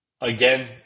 again